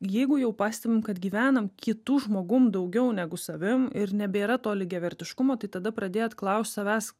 jeigu jau pastebim kad gyvenam kitu žmogum daugiau negu savim ir nebėra to lygiavertiškumo tai tada pradėt klaust savęs